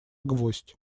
гвоздь